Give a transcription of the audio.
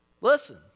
Listen